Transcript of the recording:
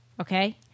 okay